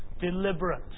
deliberate